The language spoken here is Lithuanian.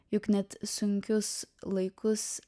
juk net sunkius laikus